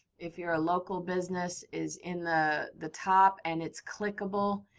if you're a local business is in the the top and it's clickable.